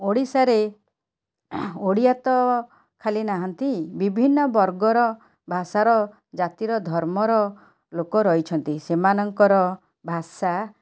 ଓଡ଼ିଶାରେ ଓଡ଼ିଆ ତ ଖାଲି ନାହାଁନ୍ତି ବିଭିନ୍ନ ବର୍ଗର ଭାଷାର ଜାତିର ଧର୍ମର ଲୋକ ରହିଛନ୍ତି ସେମାନଙ୍କର ଭାଷା